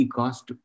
cost